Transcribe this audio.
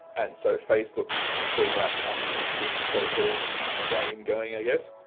and so facebook can fill that time in and keep the social flame going i guess.